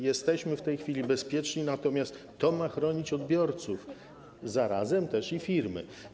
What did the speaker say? Jesteśmy w tej chwili bezpieczni, natomiast to ma chronić odbiorców, a zarazem firmy.